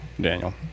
Daniel